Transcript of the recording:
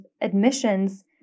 admissions